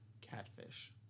catfish